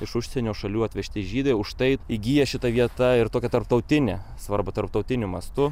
iš užsienio šalių atvežti žydai už tai įgyja šita vieta ir tokią tarptautinę svarbą tarptautiniu mastu